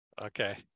Okay